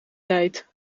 tijd